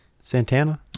Santana